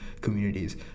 communities